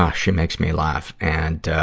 ah she makes me laugh. and, ah,